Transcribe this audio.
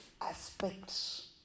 aspects